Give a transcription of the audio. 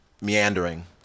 meandering